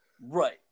Right